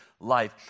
life